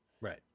Right